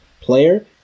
player